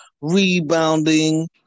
rebounding